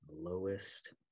lowest